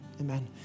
amen